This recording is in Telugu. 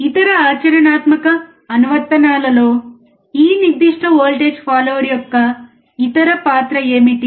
ఇతర ఆచరణాత్మక అనువర్తనాలలో ఈ నిర్దిష్ట వోల్టేజ్ ఫాలోవర్ యొక్క ఇతర పాత్ర ఏమిటి